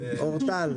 אורטל,